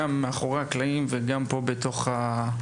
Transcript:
גם מאחורי הקלעים וגם כאן בוועדה.